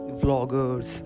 vloggers